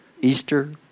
Easter